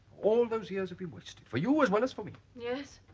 all those years have been wasted for you as well as for me yes